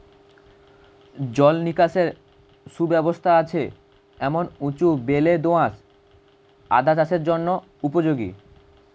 জল নিকাশের সুব্যবস্থা আছে এমন উঁচু বেলে দোআঁশ আদা চাষের জন্য উপযোগী